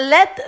Let